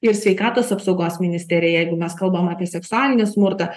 ir sveikatos apsaugos ministerija jeigu mes kalbam apie seksualinį smurtą